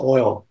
Oil